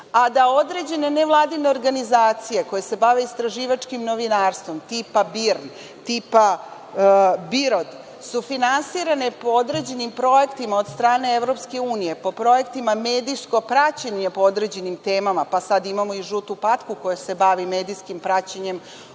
Da određene nevladine organizacije koje se bave istraživačkim novinarstvom tipa BIRN, tiša BIROT su finansirane po određenim projektima od strane EU, po projektima medijskog praćenja po određenim temama, sada imamo i žutu patku koja se bavi medijskim praćenjem